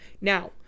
Now